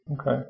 Okay